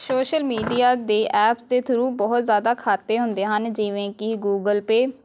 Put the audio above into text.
social media ਦੇ app ਦੇ through ਬਹੁਤ ਜ਼ਿਆਦਾ ਖਾਤੇ ਹੁੰਦੇ ਹਨ ਜਿਵੇਂ ਕਿ ਗੂਗਲ ਪੇ